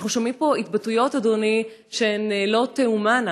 אנחנו שומעים פה התבטאויות, אדוני, שהן לא תיאמנה.